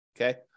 okay